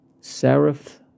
seraph